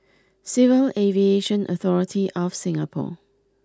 Civil Aviation Authority of Singapore